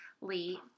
Lee